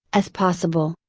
as possible.